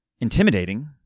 intimidating